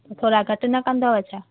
थोरा घटि न कंदव छा